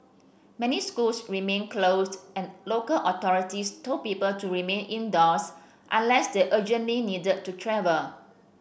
many schools remained closed and local authorities told people to remain indoors unless they urgently needed to travel